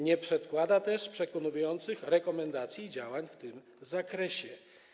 Nie przedkłada też przekonujących rekomendacji i działań w tym zakresie.